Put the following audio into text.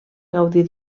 gaudir